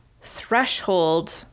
threshold